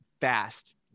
fast